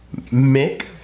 Mick